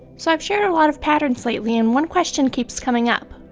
so i've shared a lot of patterns lately and one question keeps coming up.